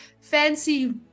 fancy